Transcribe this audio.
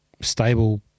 stable